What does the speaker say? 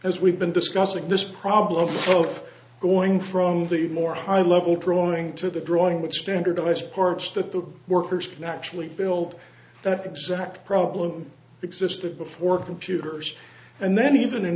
as we've been discussing this problem of going from the more high level drawing to the drawing which standardized course that the workers can actually build that exact problem existed before computers and then even in